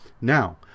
Now